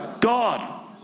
God